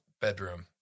bedroom